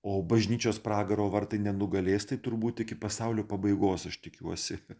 o bažnyčios pragaro vartai nenugalės tai turbūt iki pasaulio pabaigos aš tikiuosi